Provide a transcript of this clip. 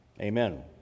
Amen